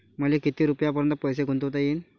मले किती रुपयापर्यंत पैसा गुंतवता येईन?